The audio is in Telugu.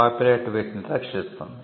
కాపీరైట్ వీటిని రక్షిస్తుంది